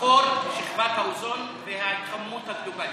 החור בשכבת האוזון וההתחממות הגלובלית.